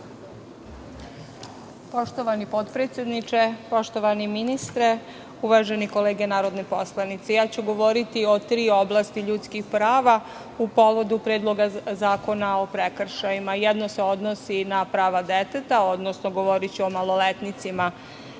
Poštovani potpredsedniče, poštovani ministre, uvažene kolege narodni poslanici, govoriću o tri oblasti ljudskih prava povodom Predloga zakona o prekršajima. Jedno se odnosi na prava deteta, odnosno govoriću o maloletnicima